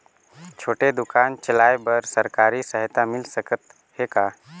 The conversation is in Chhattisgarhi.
छोटे दुकान चलाय बर सरकारी सहायता मिल सकत हे का?